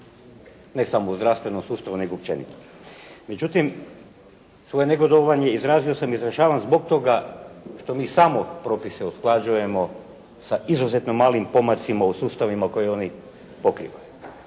ne samo u zdravstvenom sustavu, nego i općenito. Međutim, svoje negodovanje izrazio sam i izražavam zbog toga što mi samo propise usklađujemo sa izuzetno malim pomacima u sustavima koje oni pokrivaju.